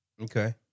okay